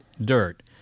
dirt